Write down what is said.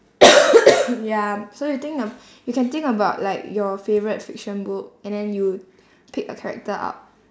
ya so you think of you can think about like your favourite fiction book and then you pick a character up